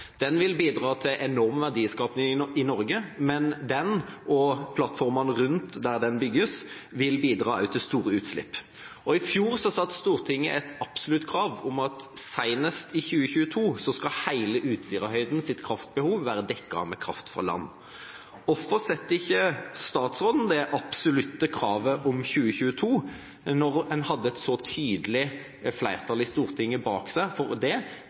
Den vil bidra til enorm verdiskaping i Norge, men den og plattformene rundt der den bygges, vil også bidra til store utslipp. I fjor satte Stortinget et absolutt krav om at senest i 2022 skal hele Utsirahøydens kraftbehov være dekket av kraft fra land. Hvorfor setter ikke statsråden det absolutte kravet om 2022, når en hadde et så tydelig flertall bak seg i Stortinget for det? I stedet knytter statsråden det